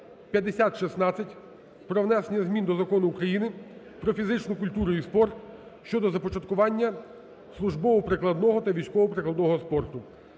5616 про внесення змін до Закону України "Про фізичну культуру і спорт" щодо започаткування службово-прикладного та військово-прикладного спорту.